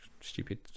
stupid